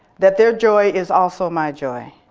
that their joy is also my joy,